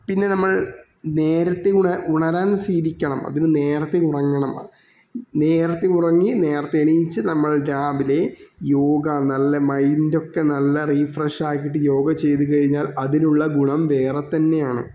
പിന്നെ നമ്മൾ നേരത്തെ ഉണരാൻ ഉണരാൻ ശീലിക്കണം അതിന് നേരത്തെ ഉറങ്ങണം നേരത്തെ ഉറങ്ങി നേരത്തെ എണീച്ച് നമ്മൾ രാവിലെ യോഗ നല്ല മൈൻഡക്കെ നല്ല റിഫ്രഷാക്കീട്ട് യോഗ ചെയ്ത് കഴിഞ്ഞാൽ അതിനുള്ള ഗുണം വേറെ തന്നെയാണ്